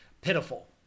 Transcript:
pitiful